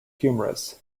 humorous